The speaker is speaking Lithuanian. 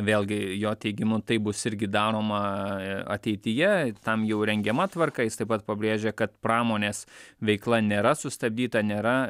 vėlgi jo teigimu taip bus irgi daroma ateityje tam jau rengiama tvarka jis taip pat pabrėžė kad pramonės veikla nėra sustabdyta nėra